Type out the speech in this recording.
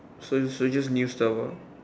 so so just new server